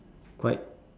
quite